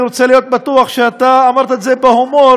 אני רוצה להיות בטוח שאתה אמרת את זה בהומור,